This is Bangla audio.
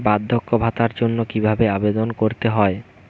বার্ধক্য ভাতার জন্য কিভাবে আবেদন করতে হয়?